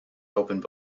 opened